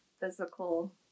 physical